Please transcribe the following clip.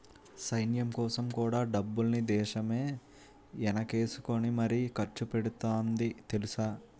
సైన్యంకోసం కూడా డబ్బుల్ని దేశమే ఎనకేసుకుని మరీ ఖర్చుపెడతాంది తెలుసా?